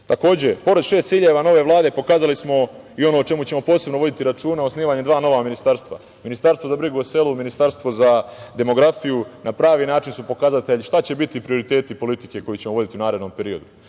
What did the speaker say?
Srbiju. Takođe, pored šest ciljeva nove Vlade, pokazali smo i ono o čemu ćemo posebno voditi računa, osnivanje dva nova ministarstva. Ministarstvo za brigu o selu i Ministarstvo za demografiju na pravi način su pokazatelj šta će biti prioriteti politike koju ćemo voditi u narednom periodu.